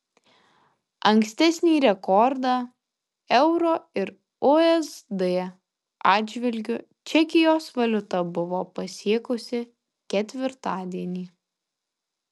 ankstesnį rekordą euro ir usd atžvilgiu čekijos valiuta buvo pasiekusi ketvirtadienį